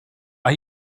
mae